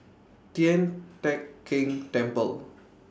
Tian Teck Keng Temple